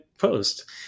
post